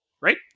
Right